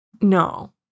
No